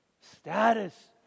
Status